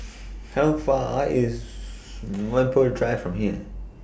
How Far IS Whampoa Drive from here